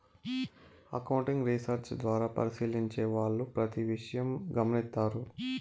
accounting research ద్వారా పరిశీలించే వాళ్ళు ప్రతి విషయం గమనిత్తారు